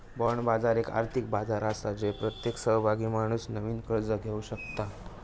bond बाजार एक आर्थिक बाजार आसा जय प्रत्येक सहभागी माणूस नवीन कर्ज घेवक शकता